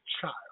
child